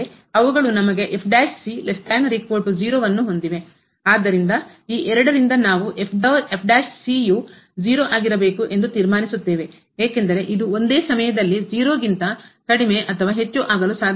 ಆದ್ದರಿಂದ ಈ ಎರಡು ರಿಂದ ನಾವು ಎಂದು ತೀರ್ಮಾನಿಸುತ್ತೇವೆ ಏಕೆಂದರೆ ಇದು ಒಂದೇ ಸಮಯದಲ್ಲಿ ಕಡಿಮೆ ಅಥವಾ ಹೆಚ್ಚು ಆಗಲು ಸಾಧ್ಯವಿಲ್ಲ